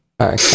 Okay